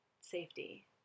safety